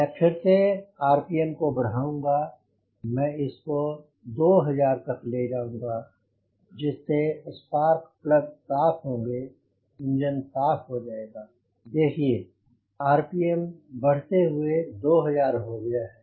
मैं फिर से आरपीएम को बढ़ाऊंगा मैं इसको 2000 तक ले जाऊंगा जिससे स्पार्क प्लग साफ़ होंगे इंजन साफ हो जाएगा देखिए आरपीएम बढ़ते हुए 2000 हो गया है